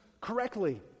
correctly